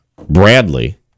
Bradley